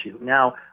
Now